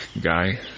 guy